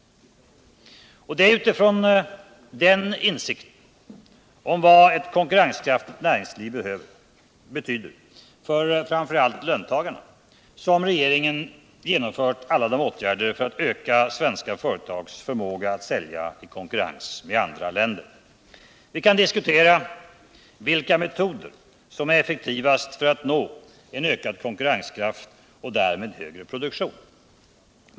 Det är utifrån den insikten om vad ett konkurrenskraftigt näringsliv betyder för framför allt löntagarna som regeringen genomfört alla åtgärder för att öka svenska företags förmåga att sälja i konkurrens med andra länder. Vi kan diskutera vilka metoder som är effektivast för att nå en ökad konkurrenskraft och därmed högre produktion.